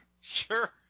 sure